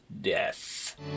death